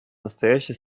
настоящая